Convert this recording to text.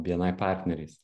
bni partneriais